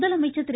முதலமைச்சர் திரு